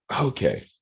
Okay